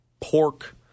pork